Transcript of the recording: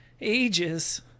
ages